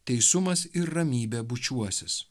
teisumas ir ramybė bučiuosis